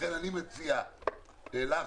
לכן אני מציע לך,